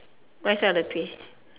right side of the peach